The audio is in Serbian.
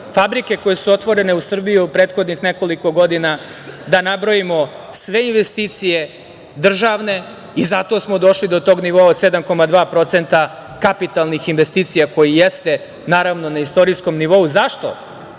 fabrike koje su otvorene u Srbiji u prethodnih nekoliko godina, da nabrojim sve investicije državne i zato smo došli do tog nivoa od 7,2% kapitalnih investicija, koji jeste na istorijskom nivou.Zašto?